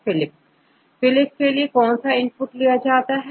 छात्र flip flop के लिए कौन सा इनपुट लिया जाता है